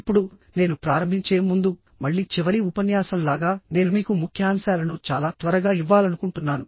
ఇప్పుడు నేను ప్రారంభించే ముందు మళ్ళీ చివరి ఉపన్యాసం లాగా నేను మీకు ముఖ్యాంశాలను చాలా త్వరగా ఇవ్వాలనుకుంటున్నాను